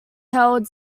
held